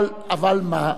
אבל מה?